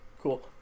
Cool